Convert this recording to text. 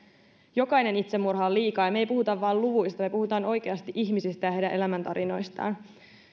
jokainen itsemurha on liikaa ja me emme puhu vain luvuista vaan me puhumme oikeasti ihmisistä ja heidän elämäntarinoistaan